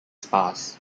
spas